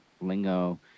lingo